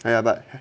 and ya but